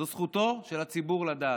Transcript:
זו זכותו של הציבור לדעת.